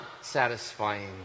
satisfying